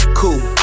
cool